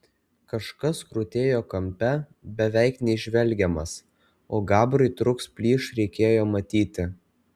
kažkas krutėjo kampe beveik neįžvelgiamas o gabrui truks plyš reikėjo matyti